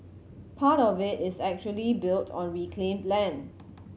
part of it is actually built on reclaimed land